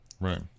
right